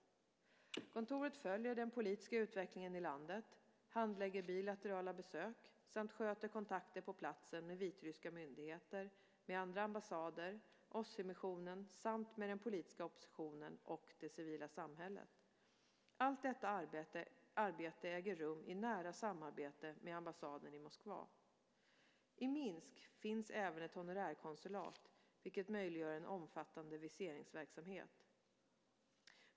Kontoret följer den politiska utvecklingen i landet, handlägger bilaterala besök samt sköter kontakter på platsen med vitryska myndigheter, med andra ambassader, OSSE-missionen samt med den politiska oppositionen och det civila samhället. Allt detta arbete äger rum i nära samarbete med ambassaden i Moskva. I Minsk finns även ett honorärkonsulat vilket möjliggör en omfattande viseringsverksamhet.